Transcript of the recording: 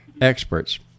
experts